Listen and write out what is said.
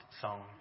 song